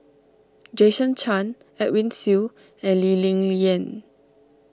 Jason Chan Edwin Siew and Lee Ling Yen